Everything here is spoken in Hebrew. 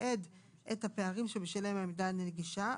יתעד את הפערים שבשלהם העמדה אינה נגישה,